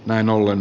näin ollen